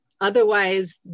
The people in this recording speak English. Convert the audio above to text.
Otherwise